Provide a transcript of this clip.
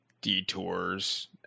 detours